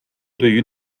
对于